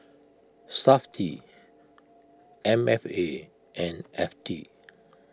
SAFTI M F A and F T